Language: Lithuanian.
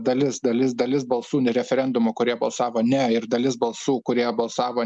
dalis dalis dalis balsų ne referendumu kurie balsavo ne ir dalis balsų kurie balsavo